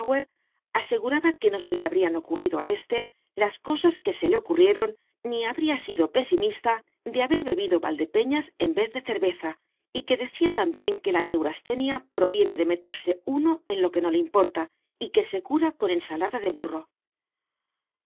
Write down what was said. aseguraba que no se le habrían ocurrido a éste las cosas que se le ocurrieron ni habría sido pesimista de haber bebido valdepeñas en vez de cerveza y que decía también que la neurastenia proviene de meterse uno en lo que no le importa y que se cura con ensalada de burro